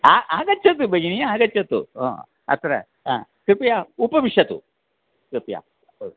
आ आगच्छतु भगिनि आगच्छतु अत्र कृपया उपविशतु कृपया